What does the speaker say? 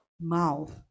mouth